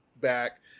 back